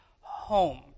home